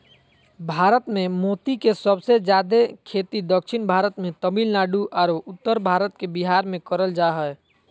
भारत मे मोती के सबसे जादे खेती दक्षिण भारत मे तमिलनाडु आरो उत्तर भारत के बिहार मे करल जा हय